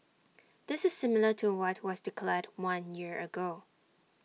this is similar to what was declared one year ago